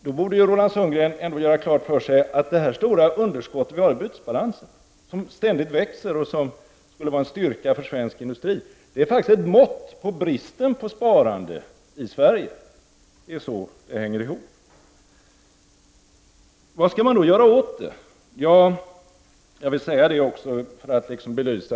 Då borde Roland Sundgren ändå göra klart för sig att detta stora underskott i bytesbalansen som vi har, som ständigt växer och som skulle vara en styrka för svensk industri, det är faktiskt ett mått på bristen på sparande i Sverige. Det är så det hänger ihop. Vad skall man då göra åt det?